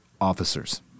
officers